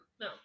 No